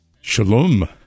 Shalom